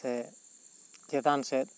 ᱥᱮ ᱪᱮᱛᱟᱱ ᱥᱮᱫ